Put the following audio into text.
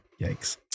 Yikes